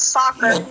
soccer